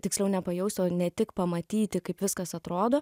tiksliau nepajausti o ne tik pamatyti kaip viskas atrodo